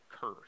curse